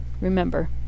Remember